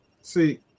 see